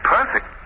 Perfect